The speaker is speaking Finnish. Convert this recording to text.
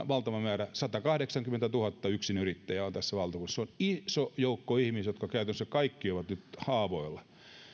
valtava määrä satakahdeksankymmentätuhatta yksinyrittäjää tässä valtakunnassa se on iso joukko ihmisiä jotka käytännössä kaikki ovat nyt haavoilla